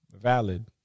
valid